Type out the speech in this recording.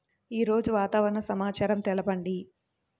ఈరోజు వాతావరణ సమాచారం తెలుపండి